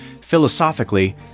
philosophically